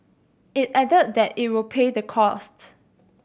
it added that it will pay the costs